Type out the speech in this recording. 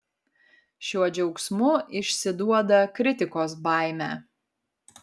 šiuo džiaugsmu išsiduoda kritikos baimę